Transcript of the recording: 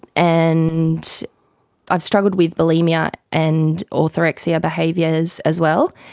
and i've struggled with bulimia and orthorexia behaviours as well.